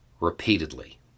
repeatedly